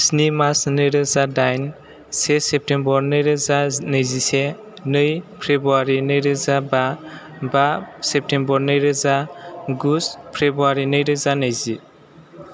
स्नि मार्स नै रोजा दाइन से सेप्तेम्बर नै रोजा नैजिसे नै फेब्रुवारि नैरोजा बा बा सेप्तेम्बर नै रोजा गु फेब्रुवारि नैरोजा नैजि